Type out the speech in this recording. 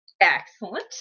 excellent